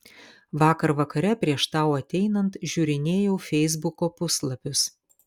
vakar vakare prieš tau ateinant žiūrinėjau feisbuko puslapius